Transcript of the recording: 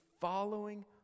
following